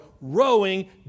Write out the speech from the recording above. rowing